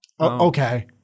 Okay